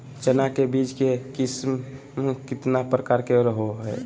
चना के बीज के किस्म कितना प्रकार के रहो हय?